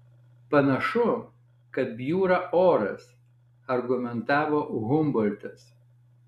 panašu kad bjūra oras argumentavo humboltas